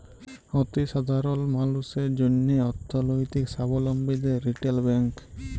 অতি সাধারল মালুসের জ্যনহে অথ্থলৈতিক সাবলম্বীদের রিটেল ব্যাংক